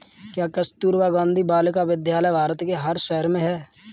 क्या कस्तूरबा गांधी बालिका विद्यालय भारत के हर शहर में है?